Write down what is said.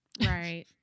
right